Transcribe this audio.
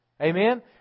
Amen